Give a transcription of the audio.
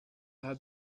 her